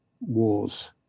wars